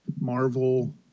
marvel